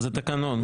זה תקנון.